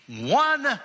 one